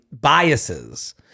biases